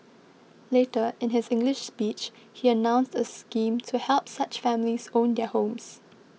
later in his English speech he announced a scheme to help such families own their homes